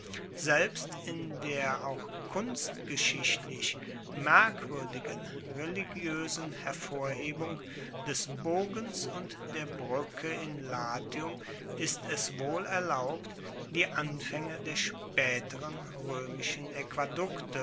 selbst in der auch kunstgeschichtlich merkwuerdigen religioesen hervorhebung des bogens und der bruecke in latium ist es wohl erlaubt die anfaenge der spaeteren